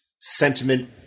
sentiment